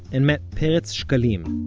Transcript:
and met peretz shekalim,